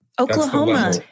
Oklahoma